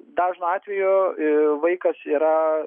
dažnu atveju vaikas yra